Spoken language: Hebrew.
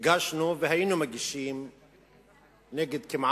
הגשנו והיינו מגישים כמעט